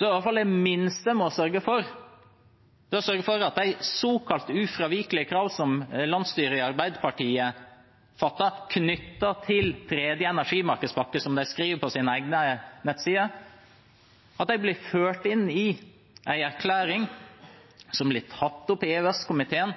i hvert fall må sørge for, er at de såkalt ufravikelige krav som landsstyret i Arbeiderpartiet fattet knyttet til tredje energimarkedspakke, som de skriver på sine egne nettsider, blir ført inn i en erklæring som blir tatt opp i EØS-komiteen,